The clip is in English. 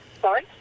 Sorry